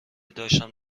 داشتم